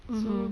mmhmm